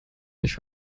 nicht